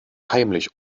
heimlich